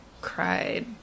cried